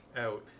out